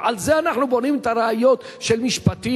ועל זה אנחנו בונים את הראיות של משפטים?